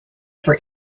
for